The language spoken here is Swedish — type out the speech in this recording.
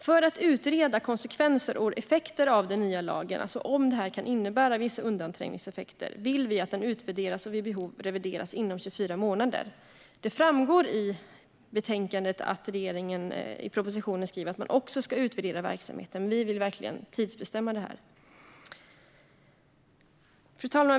För att utreda konsekvenser och effekter av den nya lagen, det vill säga om det här kan innebära vissa undanträngningseffekter, vill vi att den utvärderas och vid behov revideras inom 24 månader. I betänkandet framgår att regeringen i sin proposition skriver att man ska utvärdera verksamheten, men vi vill verkligen tidsbestämma detta. Fru talman!